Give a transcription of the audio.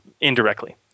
indirectly